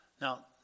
Now